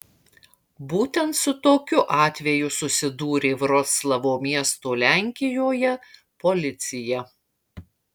būtent su tokiu atveju susidūrė vroclavo miesto lenkijoje policija